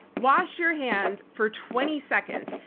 wash your hands for twenty seconds.